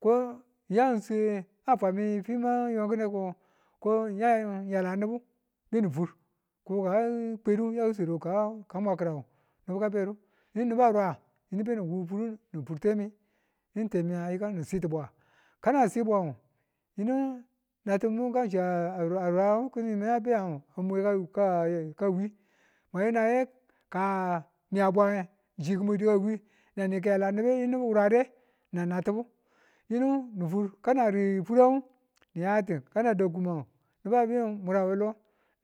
Ko ng yan swe ba fwami fi mang yon ki̱ne ko ng yang yala ni̱bu bemi fur ko ka kwedu ka swedu ka mwa ki̱rangu yinu ni̱bu ka bedu yini beni wur furu temi yinu temi a yi̱kan ni siti bwa. Kan nga na si bwan yinu ngu nati̱bu kan ngu shi a ran ki̱ni mengu a be nga kamwe kawi bwenaye ka ni a bwa nge, chi ki̱ mwedu ka wi nan ni ki yalle nibu nibu ki wulade nan nati̱bu yinu nu fur. Ka nari furan, ni yatin kana da kuman, nubu a be murakunang